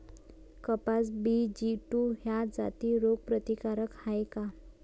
कपास BG two ह्या जाती रोग प्रतिकारक हाये का?